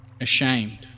ashamed